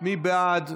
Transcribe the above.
מי בעד?